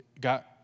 got